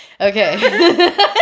Okay